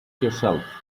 yourself